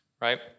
right